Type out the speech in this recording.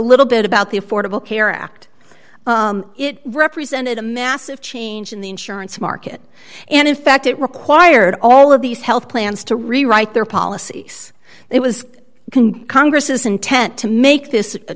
little bit about the affordable care act it represented a massive change in the insurance market and in fact it required all of these health plans to rewrite their policies it was can congress's intent to make this a